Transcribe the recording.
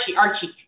Archie